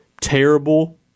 terrible